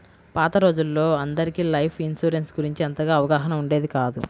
పాత రోజుల్లో అందరికీ లైఫ్ ఇన్సూరెన్స్ గురించి అంతగా అవగాహన ఉండేది కాదు